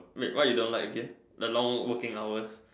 wait what you don't like again the long working hours